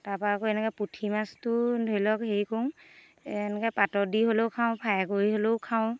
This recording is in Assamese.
তাৰ পৰা আকৌ এনেকৈ পুঠি মাছটো ধৰি লওক হেৰি কৰোঁ এনেকৈ পাতত দি হ'লেও খাওঁ ফ্ৰাই কৰি হ'লেও খাওঁ